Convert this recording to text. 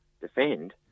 defend